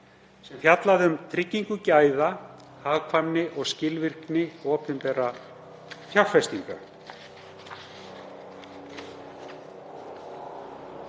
sem fjallaði um tryggingu gæða, hagkvæmni og skilvirkni opinberra fjárfestinga.